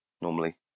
normally